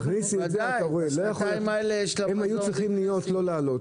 הם היו צריכים לא לעלות,